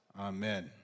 Amen